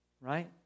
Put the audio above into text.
right